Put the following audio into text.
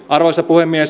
arvoisa puhemies